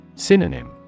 Synonym